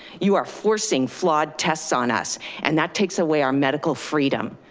you are forcing flawed tests on us and that takes away our medical freedom.